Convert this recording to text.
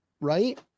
Right